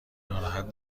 ناراحت